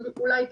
אולי כן.